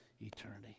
Eternity